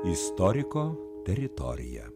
istoriko teritorija